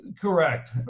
Correct